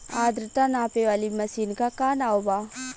आद्रता नापे वाली मशीन क का नाव बा?